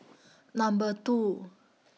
Number two